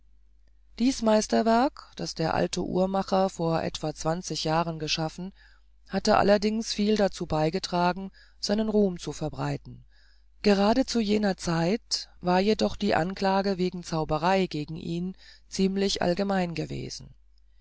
dies meisterwerk das der alte uhrmacher vor etwa zwanzig jahren geschaffen hatte allerdings viel dazu beigetragen seinen ruhm zu verbreiten gerade zu jener zeit war jedoch die anklage wegen zauberei gegen ihn ziemlich allgemein gewesen